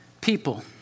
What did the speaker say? people